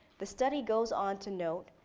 the study goes on to note,